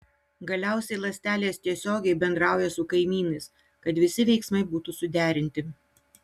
galiausiai ląstelės tiesiogiai bendrauja su kaimynais kad visi veiksmai būtų suderinti